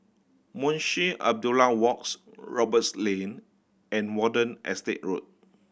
Munshi Abdullah Walks Roberts Lane and Watten Estate Road